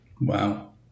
Wow